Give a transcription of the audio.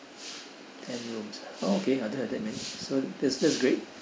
ten rooms ah okay I do like that man so that's that's great